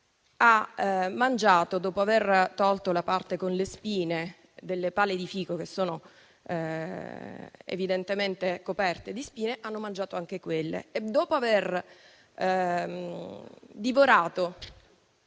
dopo aver tolto la parte con le spine delle pale di fico, che sono evidentemente coperte di spine, ha mangiato anche quelle. Dopo aver divorato